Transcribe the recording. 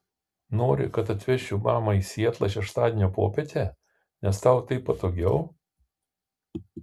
nori kad atvežčiau mamą į sietlą šeštadienio popietę nes tau taip patogiau